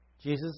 Jesus